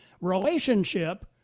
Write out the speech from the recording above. relationship